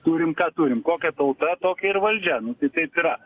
turim ką turim kokia tauta tokia ir valdžia nu tai taip yra